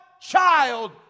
child